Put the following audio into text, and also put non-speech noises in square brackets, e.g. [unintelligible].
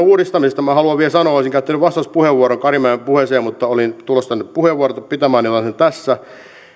[unintelligible] uudistamisesta minä haluan vielä sanoa olisin käyttänyt vastauspuheenvuoron karimäen puheeseen mutta olin tulossa tänne puheenvuoroa pitämään niin että otan sen tässä että